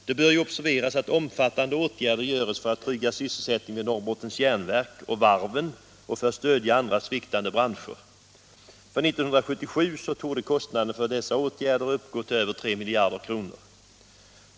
Det bör observeras att omfattande åtgärder vidtas för att trygga sysselsättningen vid Norrbottens Järnverk och varven och för att stödja andra sviktande branscher. 1977 torde kostnaden för dessa åtgärder uppgå till över 3 miljarder kronor.